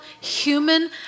human